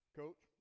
coach